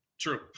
True